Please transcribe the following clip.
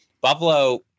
Buffalo